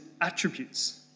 attributes